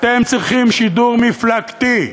אתם צריכים שידור מפלגתי.